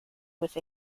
with